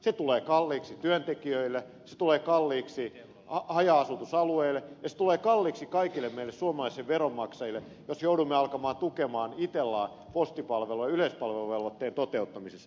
se tulee kalliiksi työntekijöille se tulee kalliiksi haja asutusalueille ja se tulee kalliiksi kaikille meille suomalaisille veronmaksajille jos joudumme alkamaan tukea itellaa postipalvelu ja yleispalveluvelvoitteen toteuttamisessa